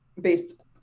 based